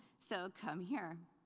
so come here!